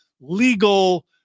legal